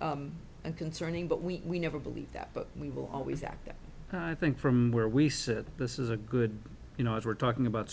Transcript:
and concerning but we never believe that but we will always act i think from where we sit this is a good you know if we're talking about